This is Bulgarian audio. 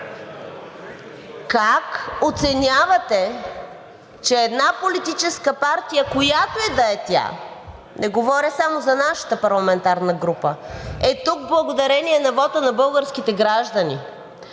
Как оценявате, че една политическа партия, която и да е тя – не говоря само за нашата парламентарна група, е тук благодарение на вота на българските граждани,